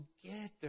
together